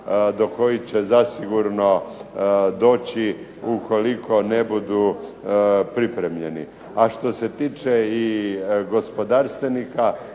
do kojih će zasigurno doći ukoliko ne budu pripremljeni. A što se tiče i gospodarstvenika